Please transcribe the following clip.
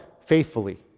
faithfully